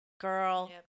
girl